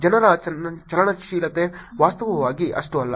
ಜನರ ಚಲನಶೀಲತೆ ವಾಸ್ತವವಾಗಿ ಅಷ್ಟು ಅಲ್ಲ